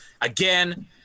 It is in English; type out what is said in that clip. again